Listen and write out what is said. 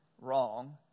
wrong